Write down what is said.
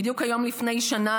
בדיוק היום לפני שנה,